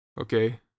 Okay